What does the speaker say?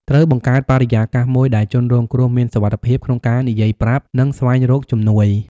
ត្រូវបង្កើតបរិយាកាសមួយដែលជនរងគ្រោះមានសុវត្ថិភាពក្នុងការនិយាយប្រាប់ និងស្វែងរកជំនួយ។